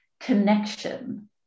connection